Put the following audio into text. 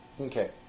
Okay